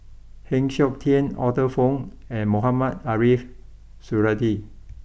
Heng Siok Tian Arthur Fong and Mohamed Ariff Suradi